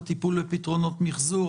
אם זה הטיפול בפתרונות מחזור,